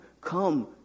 come